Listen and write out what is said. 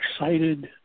excited